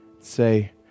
Say